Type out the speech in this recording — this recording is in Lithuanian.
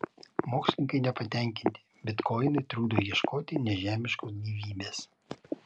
mokslininkai nepatenkinti bitkoinai trukdo ieškoti nežemiškos gyvybės